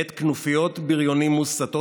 עת כנופיות בריונים מוסתות,